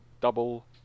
double